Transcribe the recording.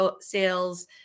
sales